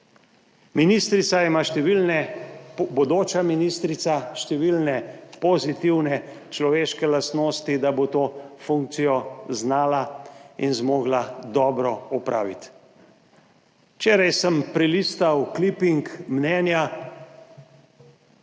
Ministrica ima številne, bodoča ministrica, številne pozitivne človeške lastnosti, da bo to funkcijo znala in zmogla dobro opraviti. Včeraj sem prelistal kliping mnenj.